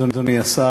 אדוני השר,